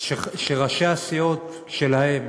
אשר ראשי הסיעות שלהם